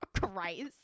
Christ